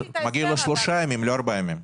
מגיעים לו שלושה ימים, לא ארבעה ימים.